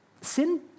sin